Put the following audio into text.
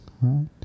right